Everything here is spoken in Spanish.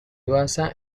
basa